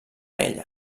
ella